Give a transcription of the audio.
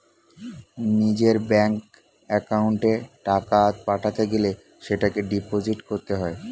নিজের ব্যাঙ্ক অ্যাকাউন্টে টাকা পাঠাতে গেলে সেটাকে ডিপোজিট করতে হয়